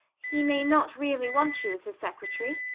he may not really want you as his secretary.